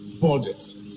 borders